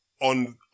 on